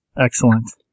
Excellent